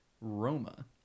roma